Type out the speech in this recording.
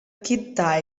kid